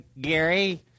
Gary